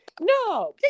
no